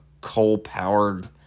coal-powered –